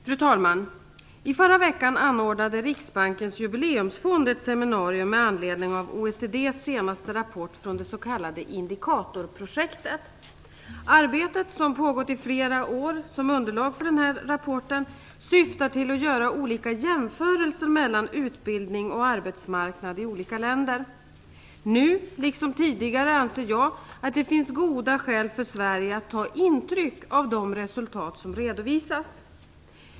Fru talman! I förra veckan anordnade Riksbankens jubileumsfond ett seminarium med anledning av OECD:s senaste rapport från det s.k. indikatorprojektet. Arbetet, som pågått i flera år som underlag för rapporten, syftar till att göra jämförelser mellan utbildning och arbetsmarknad i olika länder. Nu liksom tidigare anser jag att det finns goda skäl för Sverige att ta intryck av de resultat som redovisas.